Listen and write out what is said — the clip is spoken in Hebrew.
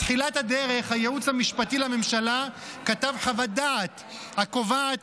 בתחילת הדרך הייעוץ המשפטי לממשלה כתב חוות דעת הקובעת